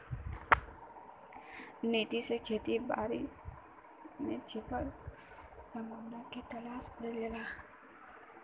नीति से खेती बारी में छिपल संभावना के तलाश करल जाला